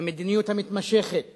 המדיניות המתמשכת